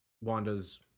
wanda's